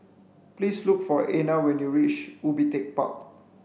please look for Ana when you reach Ubi Tech Park